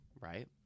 right